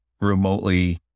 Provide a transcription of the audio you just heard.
remotely